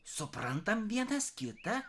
suprantam vienas kitą